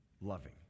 loving